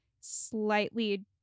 slightly